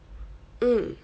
mm